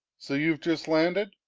so you've just landed?